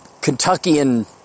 Kentuckian